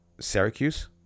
Syracuse